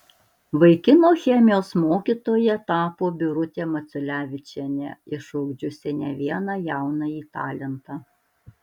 vaikino chemijos mokytoja tapo birutė maciulevičienė išugdžiusi ne vieną jaunąjį talentą